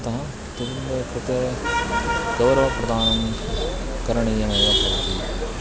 अतः कृते गौरवप्रदानं करणीयमेव भवति